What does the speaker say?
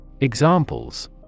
Examples